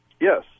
Yes